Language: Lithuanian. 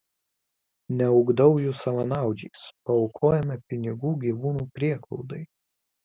neugdau jų savanaudžiais paaukojame pinigų gyvūnų prieglaudai